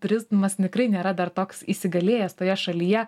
turizmas tikrai nėra dar toks įsigalėjęs toje šalyje